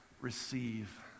receive